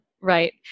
right